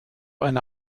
eine